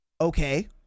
Okay